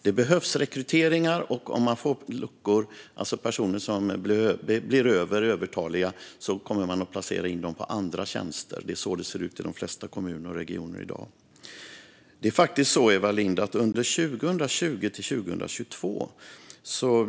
Det behövs rekryteringar, och om personer blir övertaliga kommer man att placera in dem på andra tjänster. Det är så det ser ut i de flesta kommuner och regioner i dag. Det är faktiskt så här, Eva Lindh.